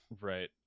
Right